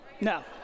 No